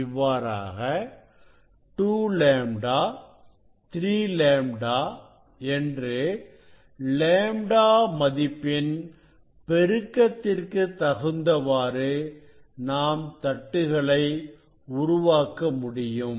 இவ்வாறாக 2 λ 3 λ என்று λ மதிப்பின் பெருக்கத்திற்கு தகுந்தவாறு நாம் தட்டுகளை உருவாக்க முடியும்